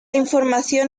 información